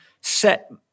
set